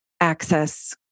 access